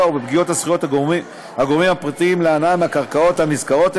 או בפגיעה בזכויות הגורמים הפרטיים להנאה מהקרקעות הנזכרות,